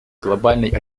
глобальной